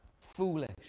foolish